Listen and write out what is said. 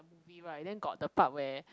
movie right then got the part where